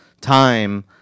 Time